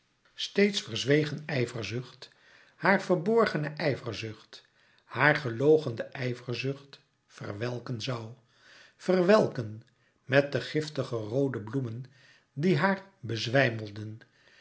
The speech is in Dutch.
steeds verzwegen ijverzucht haar verborgene ijverzucht haar geloochende ijverzucht verwelken zoû verwelken met de giftige roode bloemen die haar